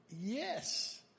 yes